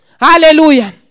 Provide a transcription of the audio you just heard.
Hallelujah